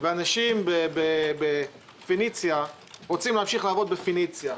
אנשים בפניציה רוצים להמשיך לעבוד בפניציה,